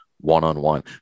one-on-one